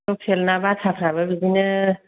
लकेल ना बाथाफ्राबो बिदिनो